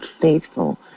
faithful